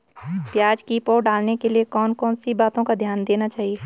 प्याज़ की पौध डालने के लिए कौन कौन सी बातों का ध्यान देना चाहिए?